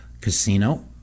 Casino